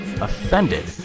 Offended